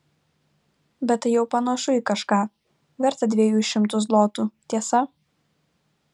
bet tai jau panašu į kažką vertą dviejų šimtų zlotų tiesa